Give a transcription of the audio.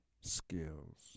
skills